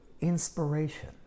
inspiration